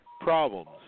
Problems